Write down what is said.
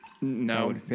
No